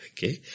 Okay